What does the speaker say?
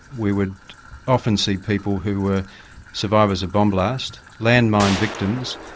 we would often see people who were survivors of bomb blast, landmine victims,